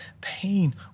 pain